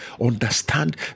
Understand